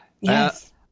yes